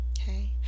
Okay